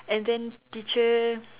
and then teacher